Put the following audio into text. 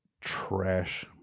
trash